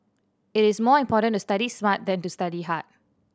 it is more important to study smart than to study hard